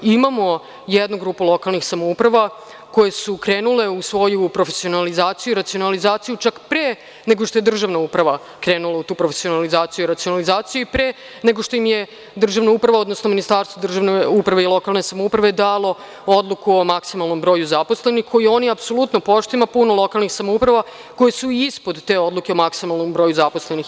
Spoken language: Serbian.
Imamo jednu grupu lokalnih samouprava koje su krenule u svoju profesionalizaciju i racionalizaciju, čak pre nego što je državna uprava krenula u tu profesionalizaciju i racionalizaciju i pre nego što im je državna uprava, odnosno Ministarstvo državne uprave i lokalne samouprave dalo Odluku o maksimalnom broju zaposlenih, koju oni apsolutno poštuju i ima puno lokalnih samouprava koje su ispod te odluke o maksimalnom broju zaposlenih.